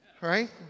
Right